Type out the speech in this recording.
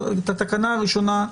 את התקנה הראשונה,